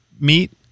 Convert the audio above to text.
meat